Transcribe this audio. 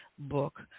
book